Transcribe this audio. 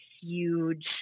huge